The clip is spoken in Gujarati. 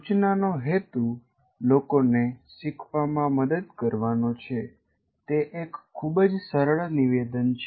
સૂચનાનો હેતુ લોકોને શીખવામાં મદદ કરવાનો છે તે એક ખૂબ જ સરળ નિવેદન છે